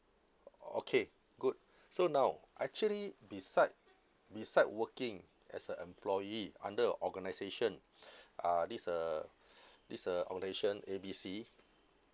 okay good so now actually beside beside working as a employee under your organisation uh this uh this uh organisation A B C